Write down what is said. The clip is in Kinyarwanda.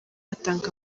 atanga